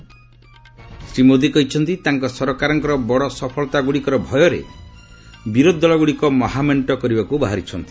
ଶ୍ରୀ ମୋଦି କହିଛନ୍ତି ତାଙ୍କ ସରକାରଙ୍କର ବଡ଼ ସଫଳତାଗୁଡ଼ିକର ଭୟରେ ବିରୋଧି ଦଳଗୁଡ଼ିକ ମହାମେଣ୍ଟ କରିବାକୁ ବାହାରିଛନ୍ତି